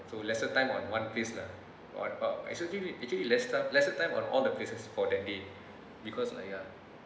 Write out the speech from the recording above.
so lesser time on one place lah what about actually actually less time lesser time on all the places for that day because like uh